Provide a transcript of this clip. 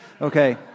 Okay